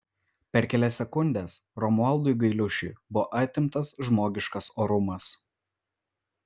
per kelias sekundes romualdui gailiušiui buvo atimtas žmogiškas orumas